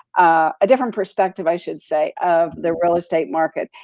a different perspective, i should say, of the real estate market,